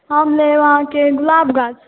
हम लेब अहाँके गुलाब गाछ